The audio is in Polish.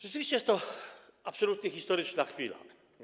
Rzeczywiście jest to absolutnie historyczna chwila.